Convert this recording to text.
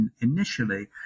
initially